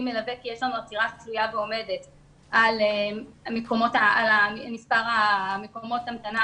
מלווה ויש לנו עתירה על מספר מקומות ההמתנה.